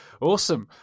Awesome